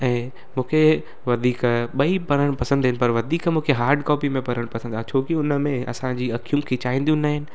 ऐं मूंखे वधीक ॿई पढ़ण पसंदि आहिनि पर वधीक मूंखे हार्ड कॉपी में पढ़ण पसंदि आहे छो की हुनमें असांजी अख़ियूं खिचाईंदियूं न आहिनि